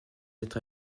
être